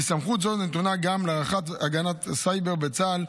כי סמכות זו נתונה גם לרח"ט ההגנה בסייבר בצה"ל,